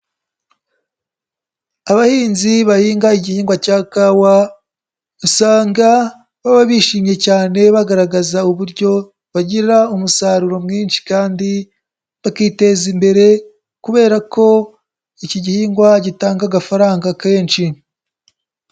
Abahinzi bahinga igihingwa cya kawa usanga baba bishimye cyane, bagaragaza uburyo bagira umusaruro mwinshi kandi bakiteza imbere kubera ko iki gihingwa gitanga agafaranga kenshi.